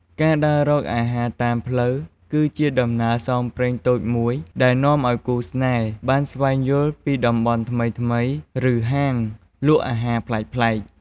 ការដើររកអាហារតាមផ្លូវ គឺជាដំណើរផ្សងព្រេងតូចមួយដែលនាំឲ្យគូស្នេហ៍បានស្វែងយល់ពីតំបន់ថ្មីៗ ឬហាងលក់អាហារប្លែកៗ។